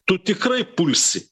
tu tikrai pulsi